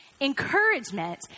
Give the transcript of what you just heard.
encouragement